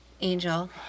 Angel